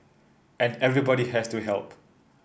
and everybody has to help